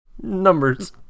Numbers